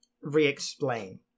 re-explain